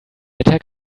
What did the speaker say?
attack